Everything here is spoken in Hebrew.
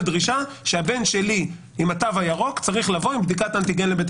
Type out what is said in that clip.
דרישה שהבן שלי עם התו הירוק צריך לבוא עם בדיקת אנטיגן לבית